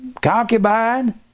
concubine